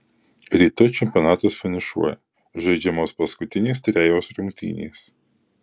rytoj čempionatas finišuoja žaidžiamos paskutinės trejos rungtynės